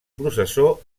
processó